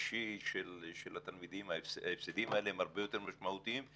האישי של התלמידים הפסדים האלה הם הרבה יותר משמעותיים.